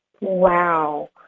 Wow